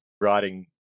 writing